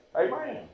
Amen